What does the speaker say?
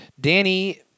Danny